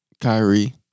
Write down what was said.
Kyrie